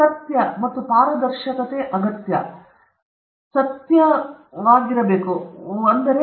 ಮತ್ತೆ ಸತ್ಯ ಮತ್ತು ಪಾರದರ್ಶಕತೆಯ ಅಗತ್ಯತೆ ಒಬ್ಬರು ಸತ್ಯವಾದವರಾಗಿರಬೇಕು ಇವು ಮೂಲ ಪ್ರಾಥಮಿಕ ನೈತಿಕ ಮೌಲ್ಯಗಳು